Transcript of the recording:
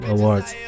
Awards